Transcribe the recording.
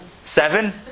Seven